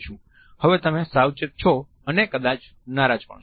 હવે તમે સાવચેત છો અને કદાચ નારાજ પણ છો